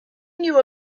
knew